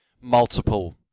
multiple